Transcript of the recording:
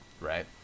right